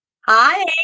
Hi